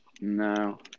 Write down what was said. No